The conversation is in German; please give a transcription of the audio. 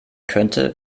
könnte